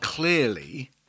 Clearly